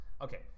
Okay